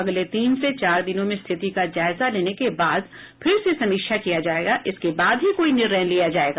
अगले तीन से चार दिनों में स्थिति का जायजा लेने के बाद फिर से समीक्षा किया जायेगा इसके बाद ही कोई निर्णय लिया जायेगा